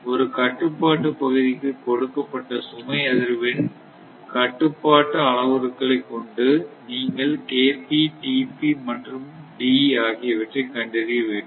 ஒரு கட்டுப்பாட்டு பகுதிக்கு கொடுக்கப்பட்ட சுமை அதிர்வெண் கட்டுப்பாட்டு அளவுருக்களை கொண்டு நீங்கள் மற்றும் D ஆகியவற்றை கண்டறிய வேண்டும்